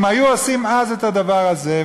אם היו עושים אז הדבר הזה,